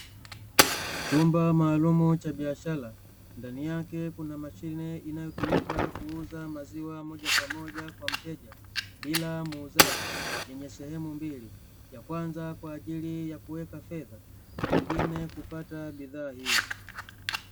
Chumba maalum cha biashara ndani yake kuna mashine inayotumika kuuza maziwa moja kwa moja kwa mteja bila muuzaji, yenye sehemu mbili yakwanza kwaajili ya kuweka fedha na nyingine kupata bidhaa hiyo.